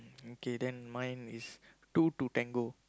mm okay then mine is two to tango